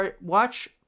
watch